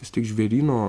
vis tik žvėryno